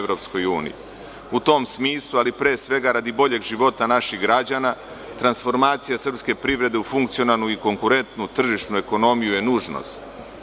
U tom smisli, ali pre svega radi boljeg života naših građana, transformacija srpske privrede u funkcionalnu i konkurentnu tržišnu ekonomiju je nužnost.